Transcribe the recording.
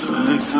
flex